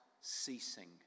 ceasing